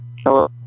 Hello